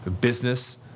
business